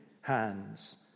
hands